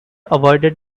avoided